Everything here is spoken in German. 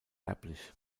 erblich